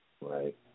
Right